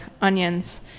onions